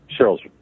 Cheryl's